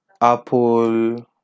Apple